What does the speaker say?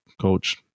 coach